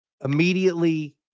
immediately